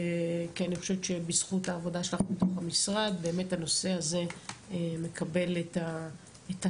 כי אני חושבת שבזכות העבודה שלך בתוך המשרד הנושא הזה מקבל את התהודה,